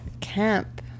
camp